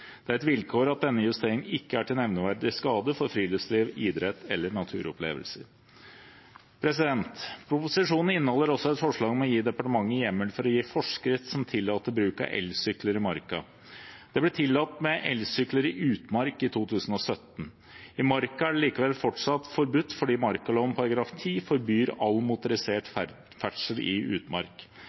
Det er et vilkår at denne justeringen ikke er til nevneverdig skade for friluftsliv, idrett eller naturopplevelser. Proposisjonen inneholder også et forslag om å gi departementet hjemmel til å gi forskrift som tillater bruk av elsykler i marka. Det ble tillatt med elsykler i utmark i 2017. I marka er det likevel fortsatt forbudt, fordi markaloven § 10 forbyr all motorisert ferdsel i utmark.